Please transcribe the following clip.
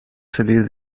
salir